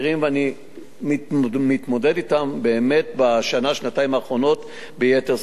אני מתמודד אתם באמת בשנה-שנתיים האחרונות ביתר שאת.